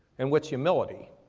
and what's humility?